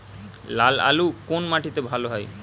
লাল আলু কোন মাটিতে ভালো হয়?